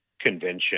convention